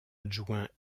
adjoint